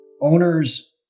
owners